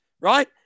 right